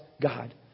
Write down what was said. God